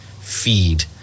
feed